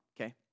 okay